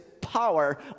power